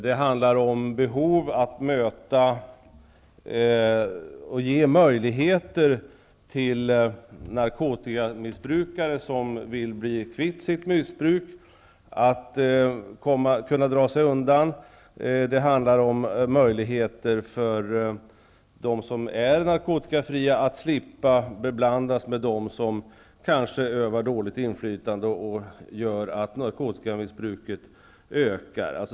Det finns ett behov av att skapa möjligheter för narkotikamissbrukare, som vill bli kvitt sitt missbruk, att dra sig undan. Det handlar vidare om möjligheter för dem som är narkotikafria att slippa beblandas med sådana som kanske utövar dåligt inflytande, så att narkotikamissbruket ökar.